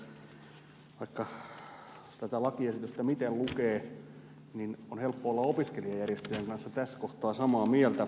vaikka tätä lakiesitystä miten lukee niin on helppo olla opiskelijajärjestöjen kanssa tässä kohtaa samaa mieltä